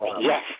Yes